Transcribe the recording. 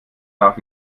darf